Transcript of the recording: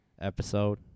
episode